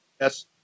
Yes